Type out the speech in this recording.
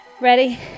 Ready